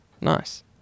Nice